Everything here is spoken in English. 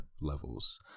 levels